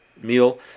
meal